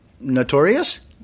Notorious